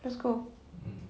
just go